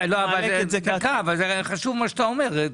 דקה זה חשוב מה שאתה אומר.